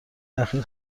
اخیر